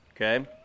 Okay